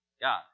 God